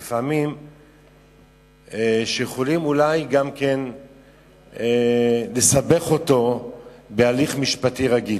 כך שלפעמים יכולים אולי גם כן לסבך אותו בהליך משפטי רגיל.